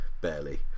barely